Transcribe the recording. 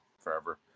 forever